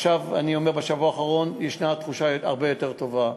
עכשיו, בשבוע האחרון, ישנה תחושה הרבה יותר טובה.